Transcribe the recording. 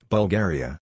Bulgaria